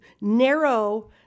narrow